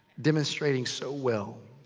demonstrating so well.